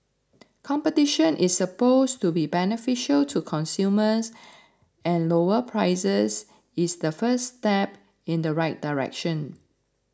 competition is supposed to be beneficial to consumers and lower prices is the first step in the right direction